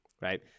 right